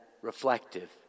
Reflective